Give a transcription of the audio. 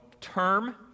term